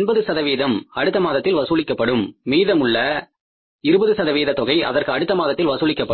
80 அடுத்த மாதத்தில் வசூலிக்கப்படும் மீதமுள்ள 20 சதவீத தொகை அதற்கு அடுத்த மாதத்தில் வசூலிக்கப்படும்